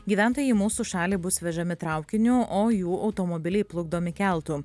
gyventojai į mūsų šalį bus vežami traukiniu o jų automobiliai plukdomi keltu